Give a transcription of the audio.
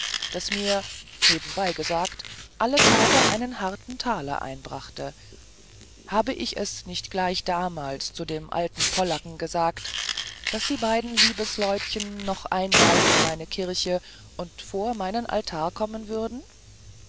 das mir nebenbei gesagt alle tage einen harten taler einbrachte habe ich es nicht gleich damals zu dem alten polacken gesagt daß die beiden liebesleutchen noch einmal in meine kirche und vor meinen altar kommen würden